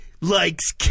likes